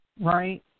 right